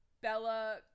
bella